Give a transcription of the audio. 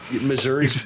Missouri